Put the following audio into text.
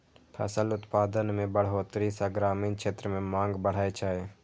फसल उत्पादन मे बढ़ोतरी सं ग्रामीण क्षेत्र मे मांग बढ़ै छै